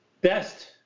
best